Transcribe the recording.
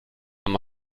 ama